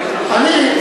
אני,